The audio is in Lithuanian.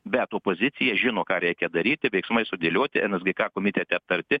bet opozicija žino ką reikia daryti veiksmai sudėlioti en es gė ka komitete aptarti